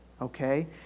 okay